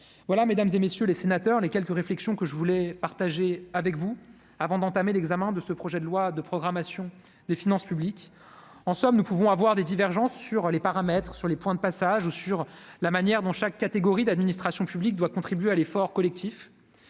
voilà Mesdames et messieurs les sénateurs, les quelques réflexions que je voulais partager avec vous, avant d'entamer l'examen de ce projet de loi de programmation des finances publiques, en somme, nous pouvons avoir des divergences sur les paramètres sur les points de passage ou sur la manière dont chaque catégorie d'administration publique doit contribuer à l'effort collectif.